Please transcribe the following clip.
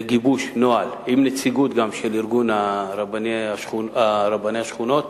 עם נציגות של ארגון רבני השכונות,